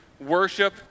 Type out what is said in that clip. worship